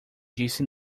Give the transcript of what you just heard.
disse